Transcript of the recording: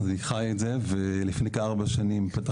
אני חי את זה ולפני כארבע שנים,